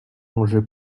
enjeu